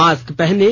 mask पहनें